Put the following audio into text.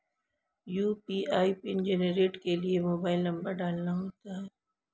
UPI PIN generate के लिए mobile number डालना होता है